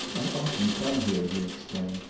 i often come here, he explained.